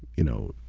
you know,